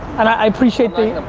and i appreciate the